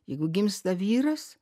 jeigu gimsta vyras